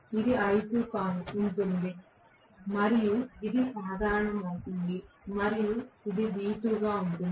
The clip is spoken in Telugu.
ఇది l2 గా ఉంటుంది మరియు ఇది సాధారణం అవుతుంది మరియు ఇది V2 గా ఉంటుంది